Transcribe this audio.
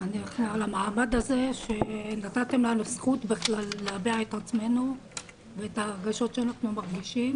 על המעמד הזה שנתתם לנו זכות להביע את עצמנו ואת הרגשות שאנחנו מרגישים.